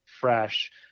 fresh